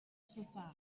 sofà